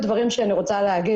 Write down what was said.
חשוב להבין